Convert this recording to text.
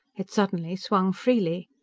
it suddenly swung freely.